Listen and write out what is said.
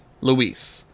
Luis